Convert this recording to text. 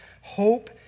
Hope